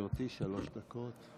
בבקשה, גברתי, שלוש דקות.